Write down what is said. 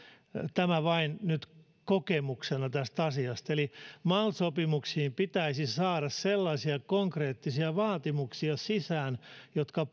tämä vain nyt kokemuksena tästä asiasta eli mal sopimuksiin pitäisi saada sellaisia konkreettisia vaatimuksia sisään jotka